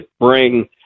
bring